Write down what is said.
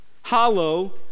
Hollow